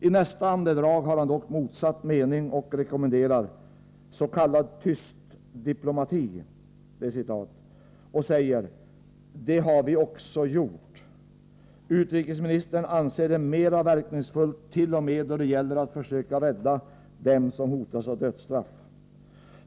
I nästa andedrag har han dock motsatt mening och rekommenderar ”s.k. tyst diplomati”, och han säger: ”Det har vi också gjort.” Utrikesministern anser att det är mera verkningsfullt t.o.m. då det gäller att försöka rädda dem som hotas av dödsstraff.